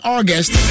August